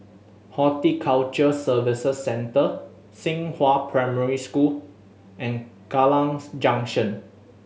Horticulture Services Centre Xinghua Primary School and Kallang Junction